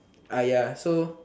so